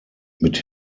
mit